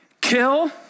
Kill